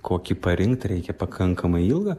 kokį parinkti reikia pakankamai ilgą